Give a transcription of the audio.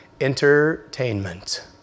Entertainment